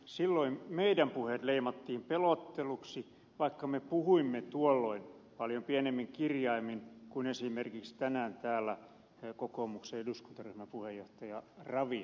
silloin meidän puheemme leimattiin pelotteluksi vaikka me puhuimme tuolloin paljon pienemmin kirjaimin kuin esimerkiksi tänään täällä kokoomuksen eduskuntaryhmän puheenjohtaja ravi ryhmäpuheenvuorossa